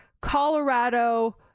Colorado